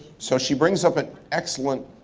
so she brings up an excellent